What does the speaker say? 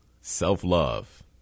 Self-love